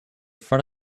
front